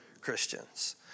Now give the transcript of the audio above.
Christians